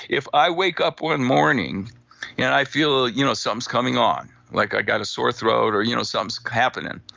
if i wake up one morning and i feel you know something's coming on, like i've got a sore throat or you know something's happening,